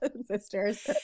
sisters